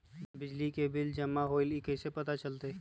बिजली के बिल जमा होईल ई कैसे पता चलतै?